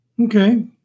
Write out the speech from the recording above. Okay